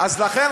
אז לכן,